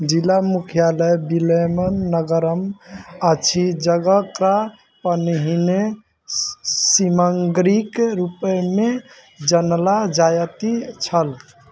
जिला मुख्यालय विलियम नगरमे अछि जकरा पहिने सिमसंगरीक रूपमे जानल जाएत छल